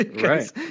Right